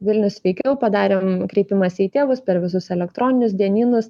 vilnius sveikiau padarėm kreipimąsi į tėvus per visus elektroninius dienynus